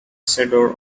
isidore